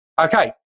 Okay